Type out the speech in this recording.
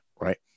right